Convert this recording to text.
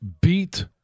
beat